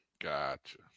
Gotcha